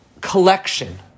collection